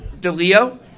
DeLeo